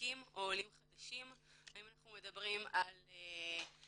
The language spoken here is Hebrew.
ותיקים או לעולים חדשים; האם אנחנו מדברים על משפחות